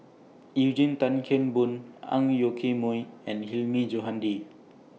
Eugene Tan Kheng Boon Ang Yoke Mooi and Hilmi Johandi